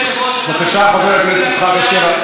בבקשה, חבר הכנסת יעקב אשר.